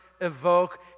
evoke